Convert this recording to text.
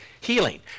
healing